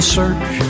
search